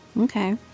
okay